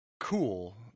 cool